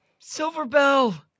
Silverbell